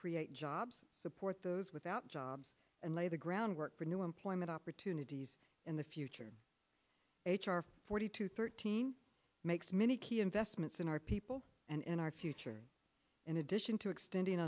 create jobs support those without jobs and lay the groundwork for new employment opportunities in the future h r forty two thirteen makes many key investments in our people and in our future in addition to extending